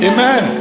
Amen